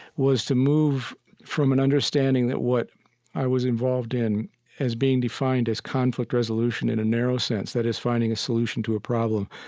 was to move from an understanding that what i was involved in as being defined as conflict resolution in a narrow sense, that is, finding a solution to a problem,